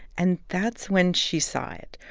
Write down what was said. and that's when she saw it.